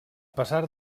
pesar